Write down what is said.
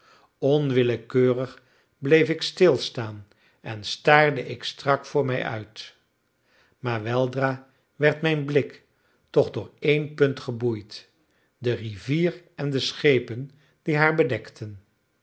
onwillekeurig bleef ik stilstaan en staarde ik strak voor mij uit maar weldra werd mijn blik toch door één punt geboeid de rivier en de schepen die haar bedekten